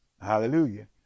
hallelujah